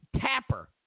Tapper